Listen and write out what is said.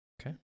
Okay